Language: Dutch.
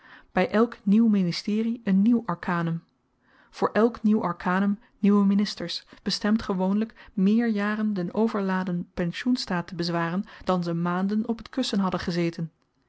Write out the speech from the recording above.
by elk nieuw ministerie een nieuw arkanum voor elk nieuw arkanum nieuwe ministers bestemd gewoonlyk meer jaren den overladen pensioenstaat te bezwaren dan ze maanden op t kussen hadden gezeten